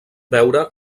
beure